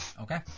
Okay